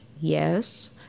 yes